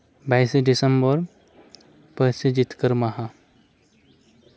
ᱵᱟᱭᱤᱥᱮ ᱰᱤᱥᱮᱢᱵᱚᱨ ᱯᱟᱹᱨᱥᱤ ᱡᱤᱛᱠᱟᱹᱨ ᱢᱟᱦᱟ